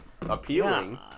appealing